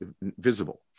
visible